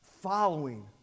following